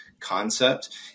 concept